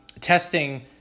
testing